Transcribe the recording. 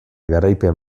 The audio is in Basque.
garaipen